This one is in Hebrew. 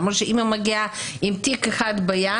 למרות שאמא מגיעה עם תיק אחד ביד,